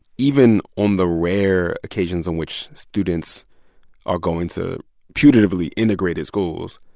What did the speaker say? even on the rare occasions in which students are going to putatively integrated schools,